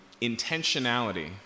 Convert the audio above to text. intentionality